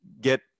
get